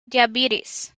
diabetes